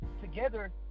together